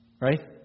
Right